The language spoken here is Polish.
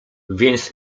więc